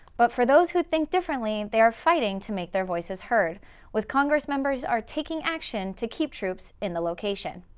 but for those who think differently, they are fighting to make their voices heard with congress members are taking action to keep troops in the location.